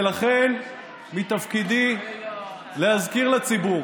ולכן מתפקידי להזכיר לציבור